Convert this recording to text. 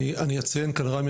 אני אציין כאן רמי,